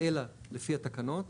אלא לפי התקנות,